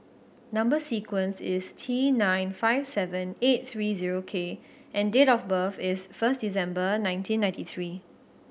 number sequence is T nine five seven eight three zero K and date of birth is first December nineteen ninety three